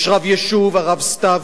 יש רב יישוב, הרב סתיו.